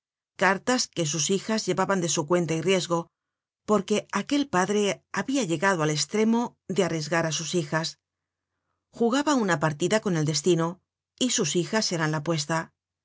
cartas que sus hijas llevaban de su cuenta y riesgo porque aquel padre habia llegado al estremo de arriesgar á sus hijas jugaba una partida con el destino y sus hijas eran la puesta